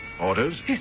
Orders